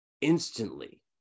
Instantly